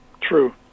True